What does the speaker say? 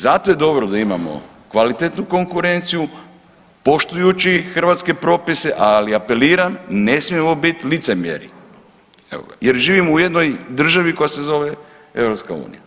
Zato je dobro da imamo kvalitetnu konkurenciju poštujući hrvatske propise, ali apeliram ne smijemo biti licemjeri evo ga, jer živimo u jednoj državi koja se zove EU.